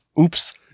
oops